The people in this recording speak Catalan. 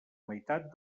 meitat